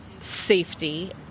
safety